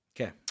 Okay